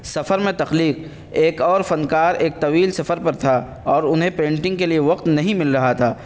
سفر میں تخلیق ایک اور فنکار ایک طویل سفر پر تھا اور انہیں پینٹنگ کے لیے وقت نہیں مل رہا تھا